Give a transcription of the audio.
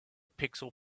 pixel